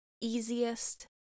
easiest